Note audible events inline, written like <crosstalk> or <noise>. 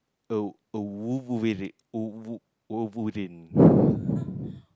a a wolverin~ wolve~ wolverine <breath>